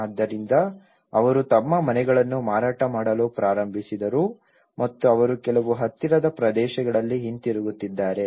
ಆದ್ದರಿಂದ ಅವರು ತಮ್ಮ ಮನೆಗಳನ್ನು ಮಾರಾಟ ಮಾಡಲು ಪ್ರಾರಂಭಿಸಿದರು ಮತ್ತು ಅವರು ಕೆಲವು ಹತ್ತಿರದ ಪ್ರದೇಶಗಳಿಗೆ ಹಿಂತಿರುಗುತ್ತಿದ್ದಾರೆ